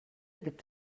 gibt